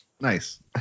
Nice